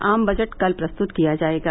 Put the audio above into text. आम बजट कल प्रस्तुत किया जायेगा